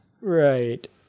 right